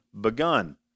Begun